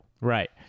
Right